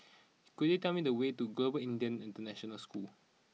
could you tell me the way to Global Indian International School